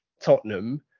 Tottenham